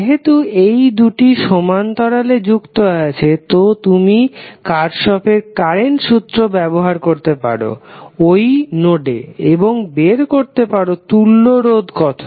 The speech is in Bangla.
যেহেতু এই দুটি সমান্তরালে যুক্ত আছে তো তুমি কার্শফের কারেন্ট সূত্র Kirchhoff's current law ব্যবহার করতে পারো ওই নোডে এবং বের করতে পারো তুল্য রোধ কত